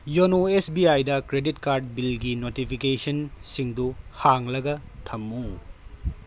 YONO S B ꯑꯥꯏꯗ credit card ꯕꯤꯜꯒꯤ ꯅꯣꯇꯤꯐꯤꯀꯦꯁꯟꯁꯤꯡꯗꯨ ꯍꯥꯡꯂꯒ ꯊꯝꯃꯨ